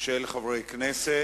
של חברי הכנסת.